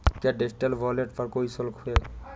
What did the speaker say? क्या digital wallet पर कोई शुल्क है?